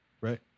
right